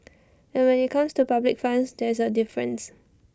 but when IT comes to public funds there is A difference